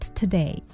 today